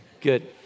Good